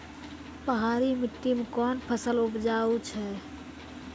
पहाड़ी मिट्टी मैं कौन फसल उपजाऊ छ?